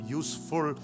useful